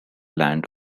land